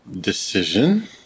decision